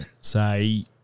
say –